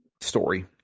story